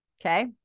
okay